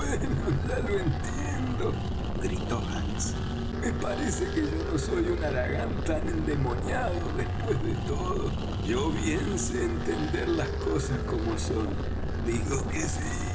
ya lo entiendo gritó hands me parece que yo no soy un haragán tan endemoniado después de todo yo bien sé entender las cosas como son digo que sí